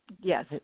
Yes